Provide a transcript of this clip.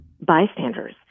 bystanders